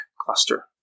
cluster